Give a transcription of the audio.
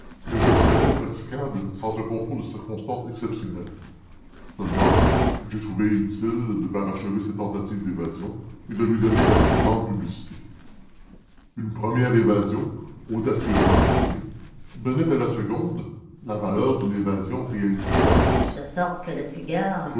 mais je le savais impraticable sans un concours de circonstances exceptionnelles seulement j'ai trouvé utile de parachever cette tentative d'évasion et de lui donner la plus grande publicité une première évasion audacieusement combinée donnait à la seconde la valeur d'une évasion réalisée d'avance de sorte que le cigare